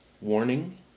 Warning